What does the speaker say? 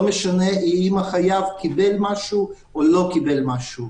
לא משנה אם החייב קיבל משהו או לא קיבל משהו.